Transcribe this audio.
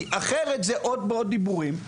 כי אחרת זה עוד ועוד דיבורים.